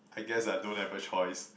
I guess I don't have a choice